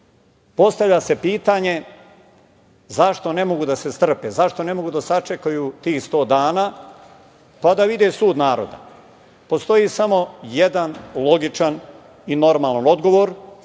Postavlja se pitanje zašto ne mogu da se strpe, zašto ne mogu da sačekaju tih 100 dana, pa da vide sud naroda? Postoji samo jedan logičan i normalan odgovor.